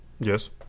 Yes